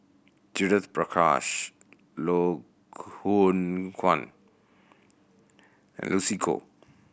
Judith Prakash Loh Hoong Kwan and Lucy Koh